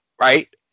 right